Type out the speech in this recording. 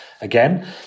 again